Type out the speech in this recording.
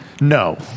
No